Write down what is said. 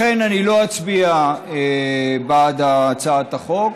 לכן, אני לא אצביע בעד הצעת החוק.